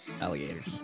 alligators